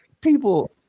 people